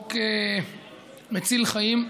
בחוק מציל חיים,